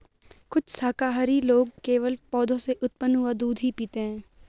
कुछ शाकाहारी लोग केवल पौधों से उत्पन्न हुआ दूध ही पीते हैं